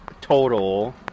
Total